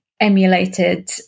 emulated